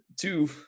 two